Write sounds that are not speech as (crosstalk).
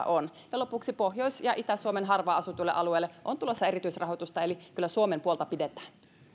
(unintelligible) on ja lopuksi pohjois ja itä suomen harvaan asutuille alueille on tulossa erityisrahoitusta eli kyllä suomen puolta pidetään